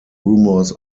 rumors